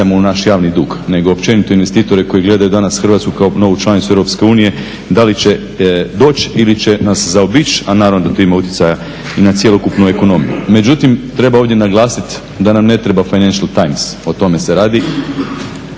u naš javni dug, nego općenito investitore koji gledaju danas Hrvatsku kao novu članicu Europske unije, da li će doć ili će nas zaobići, a naravno da to ima utjecaja i na cjelokupnu ekonomiju. Međutim, treba ovdje naglasit da nam ne treba financial times, o tome se radi